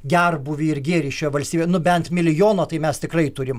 gerbūvį ir gėrį šioj valstybėj nu bent milijono tai mes tikrai turim